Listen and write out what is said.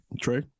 Trey